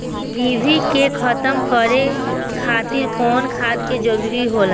डिभी के खत्म करे खातीर कउन खाद के जरूरत होला?